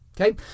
Okay